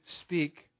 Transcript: speak